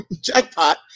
Jackpot